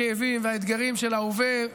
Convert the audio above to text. הכאבים והאתגרים של ההווה,